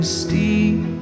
steep